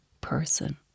person